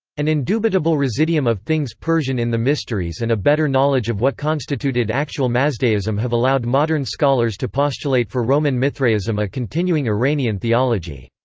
an indubitable residuum of things persian in the mysteries and a better knowledge of what constituted actual mazdaism have allowed modern scholars to postulate for roman mithraism a continuing iranian theology.